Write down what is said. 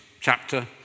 chapter